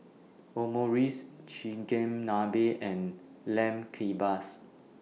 Omurice Chigenabe and Lamb Kebabs